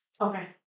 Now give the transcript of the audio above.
Okay